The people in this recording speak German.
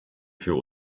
für